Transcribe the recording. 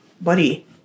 Buddy